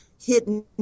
Hidden